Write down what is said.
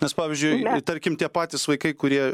nes pavyzdžiui jei tarkim tie patys vaikai kurie